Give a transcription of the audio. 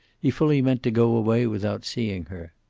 he fully meant to go away without seeing her.